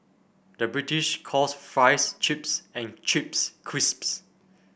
the British calls fries chips and chips crisps